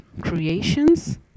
creations